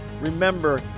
Remember